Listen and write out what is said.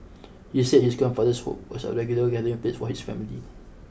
he said his grandfather's home was a regular gathering place for his family